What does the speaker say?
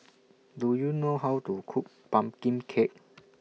Do YOU know How to Cook Pumpkin Cake